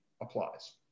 applies